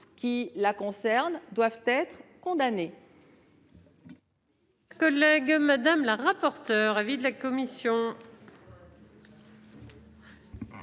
qui la concernent doivent être condamnées